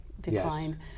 declined